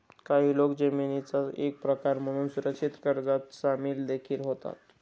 काही लोक जामीनाचा एक प्रकार म्हणून सुरक्षित कर्जात सामील देखील होतात